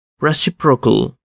reciprocal